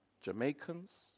Jamaicans